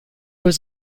was